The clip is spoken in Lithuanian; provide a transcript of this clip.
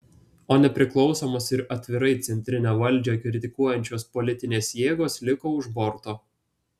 o nepriklausomos ir atvirai centrinę valdžią kritikuojančios politinės jėgos liko už borto